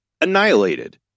annihilated